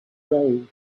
gold